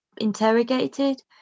interrogated